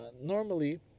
normally